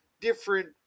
different